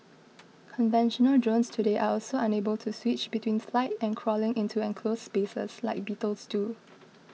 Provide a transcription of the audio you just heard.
conventional drones today are also unable to switch between flight and crawling into enclosed spaces like beetles do